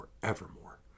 forevermore